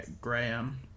Graham